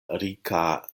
rika